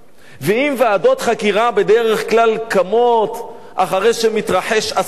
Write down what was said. ואם ועדות חקירה בדרך כלל קמות אחרי שמתרחש אסון,